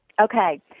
Okay